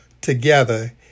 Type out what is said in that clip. together